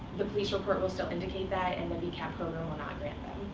the police report will still indicate that, and the vcap program will not grant